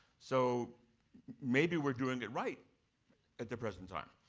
so maybe we're doing it right at the present time.